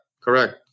Correct